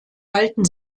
halten